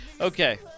Okay